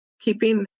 keeping